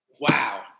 wow